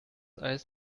eis